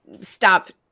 stop